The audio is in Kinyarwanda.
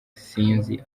sinzi